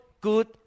good